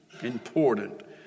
important